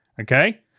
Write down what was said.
Okay